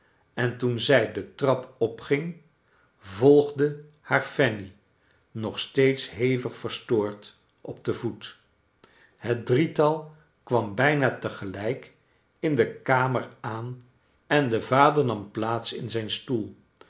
en toen zij de trap opging volgde haar fanny nog steeds hevig verstoord op den voet het drietal kwam bijna tcgelijk in de kamer aan en de vader nam plaats in zijn stoel